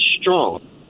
strong